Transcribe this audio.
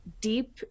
deep